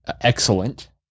excellent